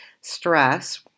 Stress